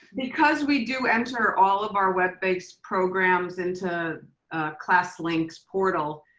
because we do enter all of our web based programs into a classlink's portal,